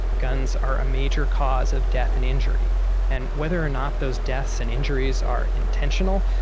guns are a major cause of death and injury and whether or not those deaths and injuries are intentional,